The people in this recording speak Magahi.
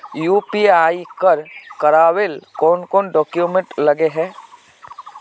यु.पी.आई कर करावेल कौन कौन डॉक्यूमेंट लगे है?